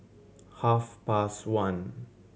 half past one